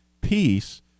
peace